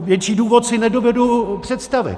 Větší důvod si nedovedu představit.